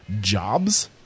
jobs